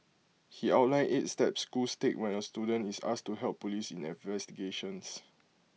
he outlined eight steps schools take when A student is asked to help Police in investigations